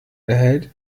erhält